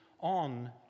on